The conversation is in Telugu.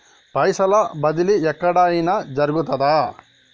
పైసల బదిలీ ఎక్కడయిన జరుగుతదా?